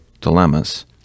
dilemmas